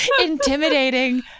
Intimidating